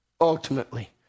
ultimately